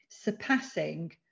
Surpassing